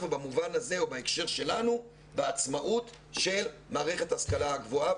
ובמובן הזה או בהקשר שלנו בעצמאות של מערכת ההשכלה הגבוהה.